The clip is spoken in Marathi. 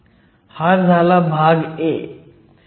हा झाला भाग a